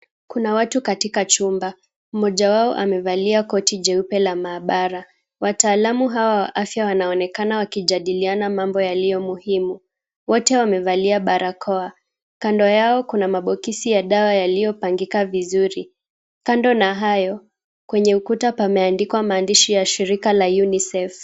Kuna watu katika chumba. Mmoja wao amevalia koti jeupe la maabara. Wataalamu hawa wa afya wanaonekana wakijadiliana mambo yaliyo muhimu. Wote wamevalia barakoa. Kando yao kuna mabokisi ya dawa yaliyopangika vizuri. Kando na hayo, kwenye ukuta pameandikwa maandishi ya shirika la UNICEF.